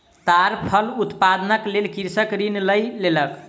ताड़ फल उत्पादनक लेल कृषक ऋण लय लेलक